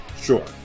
Sure